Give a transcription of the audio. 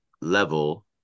level